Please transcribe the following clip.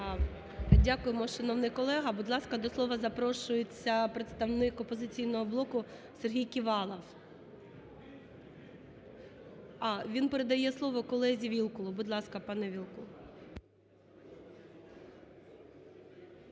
Дякуємо, шановний колего. Будь ласка, до слова запрошується представник "Опозиційного блоку" Сергій Ківалов. А, він передає слово колезі Вілкулу. Будь ласка, пане Вілкул.